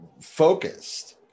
focused